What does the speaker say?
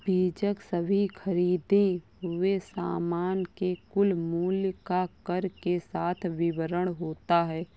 बीजक सभी खरीदें हुए सामान के कुल मूल्य का कर के साथ विवरण होता है